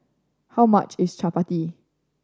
how much is Chapati